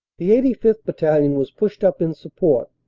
the eighty fifth. battalion was pushed up in support,